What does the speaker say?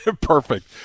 Perfect